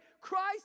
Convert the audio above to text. Christ